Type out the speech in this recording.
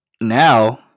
Now